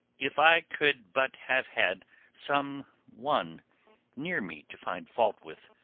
if i could but have had some one near me to find fault with,